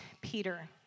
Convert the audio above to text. Peter